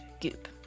goop